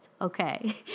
okay